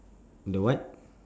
the what